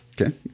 Okay